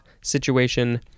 situation